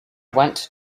went